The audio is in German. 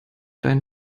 deinen